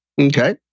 Okay